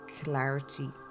clarity